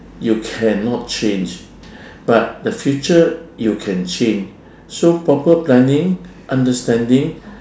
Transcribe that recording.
you cannot change but the future you can change so proper planning understanding